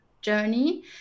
journey